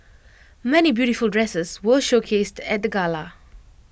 many beautiful dresses were showcased at the gala